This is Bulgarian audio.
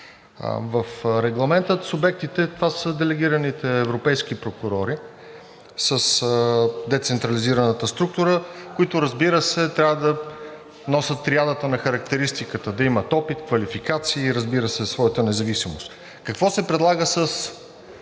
В Регламента субектите, това са делегираните европейски прокурори с децентрализираната структура, които, разбира се, трябва да носят триадата на характеристиката – да имат опит, квалификация и разбира се, своята независимост. Какво се предлага със